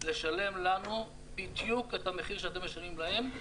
לשלם לנו בדיוק את המחיר שאתם משלמים להן.